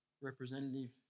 representative